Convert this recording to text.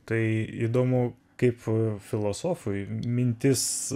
tai įdomu kaip filosofui mintis